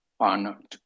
on